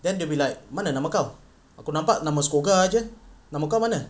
then they'll be like mana nama kau aku nampak nama SCOGA jer nama kau mana